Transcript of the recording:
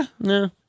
No